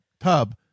tub